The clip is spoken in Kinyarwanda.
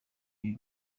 ibi